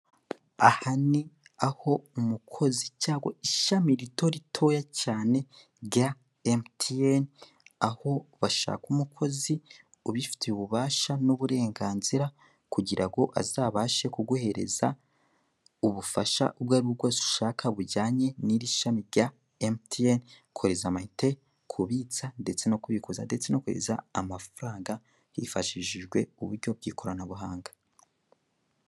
Aha ni aho umukozi cyangwa ishami rito ritoya cyane rya Emutiyeni, aho bashaka umukozi ubifitiye ububasha n'uburenganzira, kugira ngo azabashe kuguhereza ubufasha ubwo ari bwo bwose ushaka bujyanye n'iri shami rya Emutiyeni, kohereza amayinite, kubitsa ndetse no kubikuza ndetse no kohereza amafaranga, hifashishijwe uburyo bw'ikoranabuhanga.